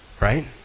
Right